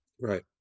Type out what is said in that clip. Right